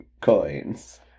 coins